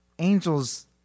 angels